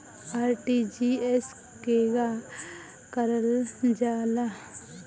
RTGS केगा करलऽ जाला?